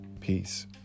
peace